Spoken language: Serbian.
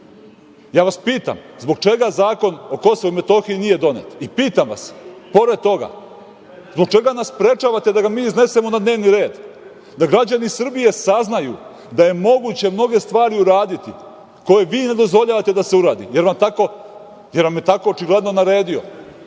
vas pitam, zbog čega zakon o KiM nije donet i pitam vas pored toga, zbog čega nas sprečavate da ga mi iznesemo na dnevni red, da građani Srbije saznaju da je moguće mnoge stvari uraditi koje vi ne dozvoljavate da se uradi, jer vam je tako očigledno naredio,